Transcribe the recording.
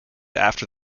after